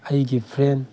ꯑꯩꯒꯤ ꯐ꯭ꯔꯦꯟ